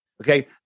Okay